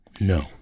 No